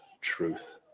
truth